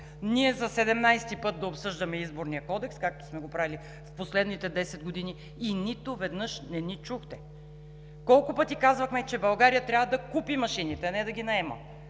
път да обсъждаме Изборния кодекс, както сме го правили в последните 10 години, и нито веднъж не ни чухте, колко пъти казвахме, че България трябва да купи машините, а не да ги наема,